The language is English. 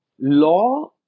law